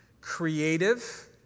creative